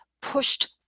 pushed